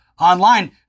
online